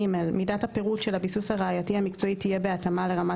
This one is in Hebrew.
(ג) מידת הפירוט של הביסוס הראייתי המקצועי תהיה בהתאמה לרמת